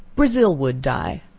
brazil wood dye.